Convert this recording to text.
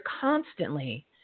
constantly